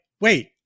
wait